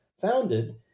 founded